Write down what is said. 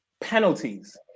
penalties